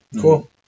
Cool